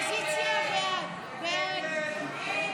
הסתייגות 1942 לא נתקבלה.